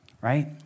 right